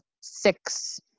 six